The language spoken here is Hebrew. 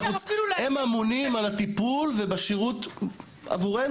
הם אמונים על הטיפול ועל השירות עבורנו,